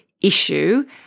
issue